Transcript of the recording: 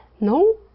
no